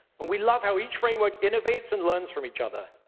and we love how each framework innovates and learns from each other.